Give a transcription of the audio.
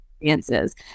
experiences